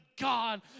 God